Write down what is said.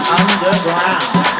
underground